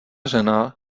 žena